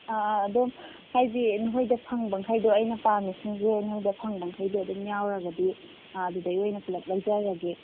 ꯑ ꯑ ꯑꯗꯣ ꯍꯥꯏꯗꯤ ꯅꯈꯣꯏꯗ ꯐꯪꯕ ꯃꯈꯩꯗꯣ ꯑꯩꯅ ꯄꯥꯝꯃꯤꯁꯤꯡꯁꯦ ꯅꯣꯏꯗ ꯐꯪꯕ ꯃꯈꯩꯡꯗꯣ ꯑꯗꯨꯝ ꯌꯧꯔꯒꯗꯤ ꯑꯗꯨꯗꯩ ꯑꯣꯏꯅ ꯄꯨꯂꯞ ꯂꯧꯖꯔꯒꯦ